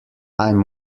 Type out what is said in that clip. i’m